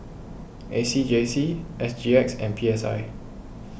A C J C S G X and P S I